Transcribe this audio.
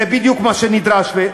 זה בדיוק מה שנדרש.